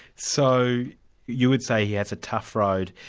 so you would say he has a tough road,